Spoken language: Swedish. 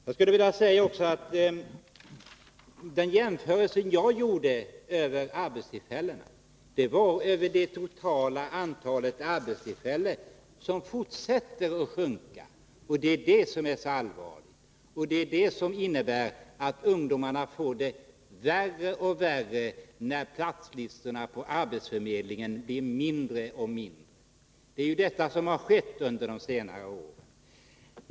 Jag skulle också vilja säga att den jämförelse som jag gjorde beträffande arbetstillfällena avsåg det totala antalet arbetstillfällen som fortsätter att sjunka. Det är det som är så allvarligt. Ungdomarna får det värre när platslistorna på arbetsförmedlingen blir mindre och mindre. Vi har ju haft denna utveckling under de senaste åren.